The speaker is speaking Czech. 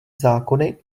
zákony